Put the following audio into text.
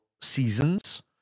seasons